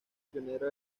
pionero